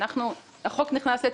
החוק נכנס לתוקף,